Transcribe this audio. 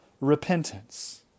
repentance